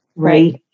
right